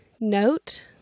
note